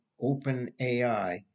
OpenAI